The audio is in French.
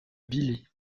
billy